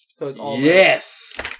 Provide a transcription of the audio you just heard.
Yes